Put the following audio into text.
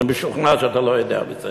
אני משוכנע שאתה לא יודע מזה.